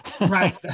Right